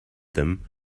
them